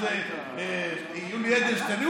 אם זה יולי אדלשטיין,